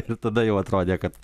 ir tada jau atrodė kad